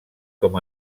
com